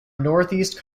northeast